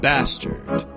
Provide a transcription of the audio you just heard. Bastard